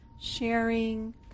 sharing